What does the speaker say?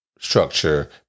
Structure